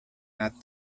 not